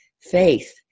faith